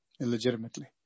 illegitimately